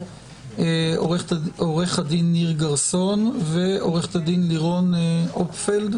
עו"ד ניר גרסון ועו"ד לירון הופפלד